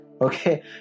Okay